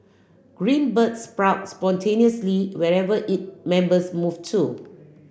Green Bird sprout spontaneously wherever it members move to